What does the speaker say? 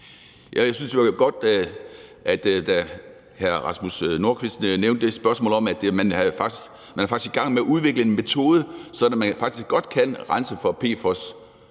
Jeg synes jo, det var godt, at hr. Rasmus Nordqvist nævnte det med, at man faktisk er i gang med at udvikle en metode, sådan at man kan rense for PFOS